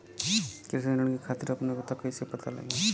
कृषि ऋण के खातिर आपन योग्यता कईसे पता लगी?